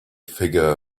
figure